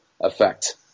effect